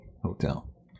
Hotel